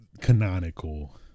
canonical